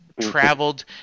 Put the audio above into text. traveled